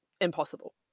impossible